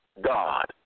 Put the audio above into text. God